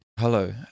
Hello